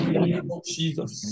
Jesus